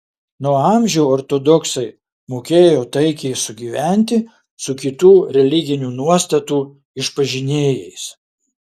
nuo amžių ortodoksai mokėjo taikiai sugyventi su kitų religinių nuostatų išpažinėjais